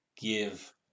give